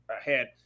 ahead